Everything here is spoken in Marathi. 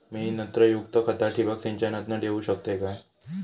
मी नत्रयुक्त खता ठिबक सिंचनातना देऊ शकतय काय?